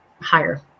higher